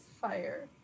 Fire